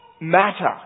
matter